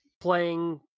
playing